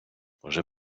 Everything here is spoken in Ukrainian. вже